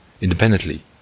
independently